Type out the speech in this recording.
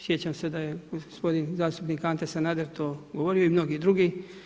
Sjećam se gospodin zastupnik Ante Sanader to govorio i mnogi drugi.